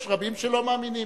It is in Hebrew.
יש רבים שלא מאמינים,